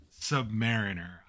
Submariner